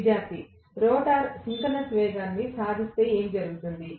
విద్యార్థి rotor synchronous వేగాన్ని సాధిస్తే ఏమి జరుగుతుంది